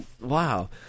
wow